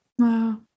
Wow